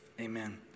Amen